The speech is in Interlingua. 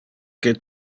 que